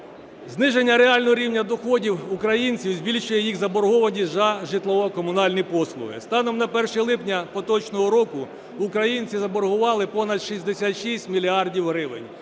Зниження реального рівня доходів українців збільшує їх заборгованість за житлово-комунальні послуги. Станом на 1 липня поточного року українці заборгували понад 66 мільярдів гривень,